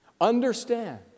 understand